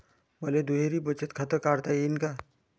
मले दुहेरी बचत खातं काढता येईन का?